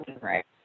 right